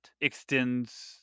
extends